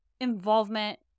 involvement